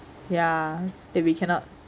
yah